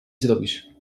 zrobisz